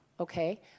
Okay